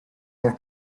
more